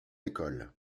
école